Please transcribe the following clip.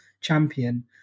champion